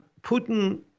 Putin